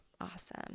Awesome